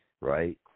right